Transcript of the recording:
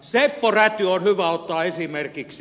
seppo räty on hyvä ottaa esimerkiksi